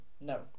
No